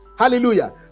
Hallelujah